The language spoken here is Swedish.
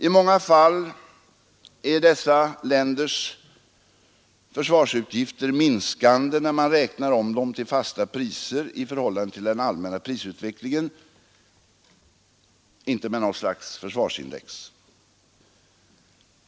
I många fall är dessa länders försvarsutgifter minskande när man räknar om dem till fasta priser i förhållande till den allmänna prisutvecklingen och inte med något slags försvarsindex.